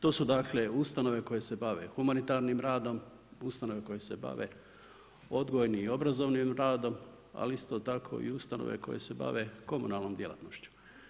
To su ustanove koje se bave humanitarnim radom, ustanove koje se bave odgojnim i obrazovnim radom, ali isto tako i ustanove koje se bave komunalnom djelatnošću.